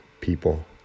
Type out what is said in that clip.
people